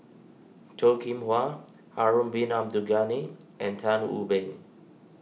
Toh Kim Hwa Harun Bin Abdul Ghani and Tan Wu Meng